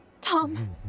Tom